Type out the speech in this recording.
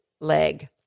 leg